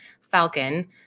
Falcon